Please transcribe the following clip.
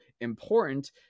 important